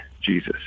Jesus